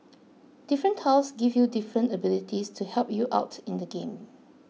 different tiles give you different abilities to help you out in the game